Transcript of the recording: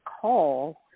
call